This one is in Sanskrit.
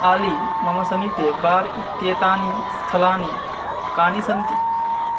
आली मम समीपे वार् इत्येतानि स्थलानि कानि सन्ति